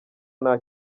nta